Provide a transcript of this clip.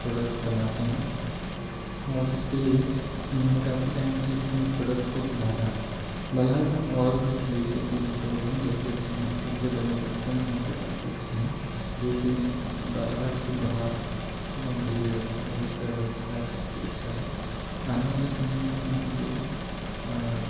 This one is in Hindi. प्रोडक्ट बनाते हैं और इसके लिए हमने काफ़ी टाइम से अपने प्रोडक्ट को सुधारा है बालाघाट में और भी तरीके के उद्योग हैं जैसे कि मिट्टी से बने बर्तन यहाँ पे काफ़ी अच्छे हैं जो कि बालाघाट से बाहर भेजे जाते हैं उसका व्यवसाय काफ़ी अच्छा है आने वाले समय में यहाँ पे